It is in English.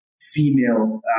female